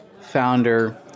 founder